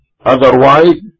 Otherwise